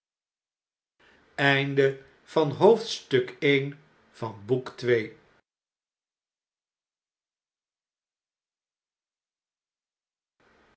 gezichten van het